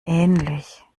ähnlich